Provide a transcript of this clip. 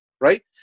right